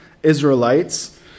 Israelites